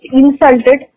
insulted